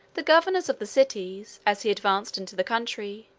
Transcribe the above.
the governors of the cities, as he advanced into the country,